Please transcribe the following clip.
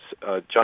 John